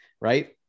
right